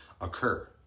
occur